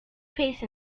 face